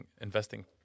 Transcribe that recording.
investing